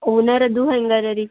ಓನರದ್ದು ಹೆಂಗಿದೆ ರೀ